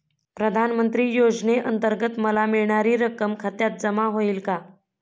प्रधानमंत्री योजनेअंतर्गत मला मिळणारी रक्कम खात्यात जमा होईल का?